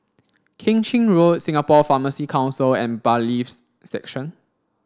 Keng Chin Road Singapore Pharmacy Council and Bailiffs' Section